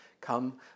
Come